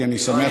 כי אני שמח,